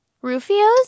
rufio's